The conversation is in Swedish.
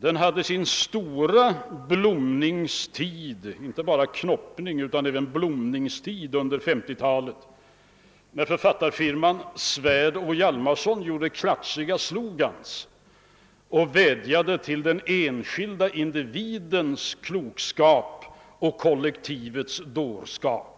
Den hade sin stora inte bara knoppningstid utan även blomningstid under 1950-talet när författarfirman Svärd & Hjalmarson gjorde klatschiga slogans och vädjade till den enskilda individens klokskap och kollektivets dårskap.